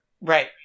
Right